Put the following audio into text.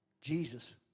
Jesus